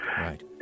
right